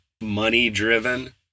money-driven